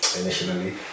initially